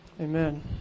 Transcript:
Amen